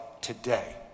today